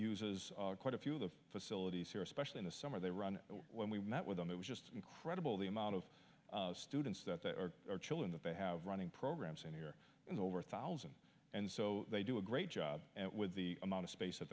uses quite a few of the facilities here especially in the summer they run when we met with them it was just incredible the amount of students that there are children that they have running programs in here and over a thousand and so they do a great job with the amount of space